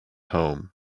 home